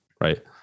right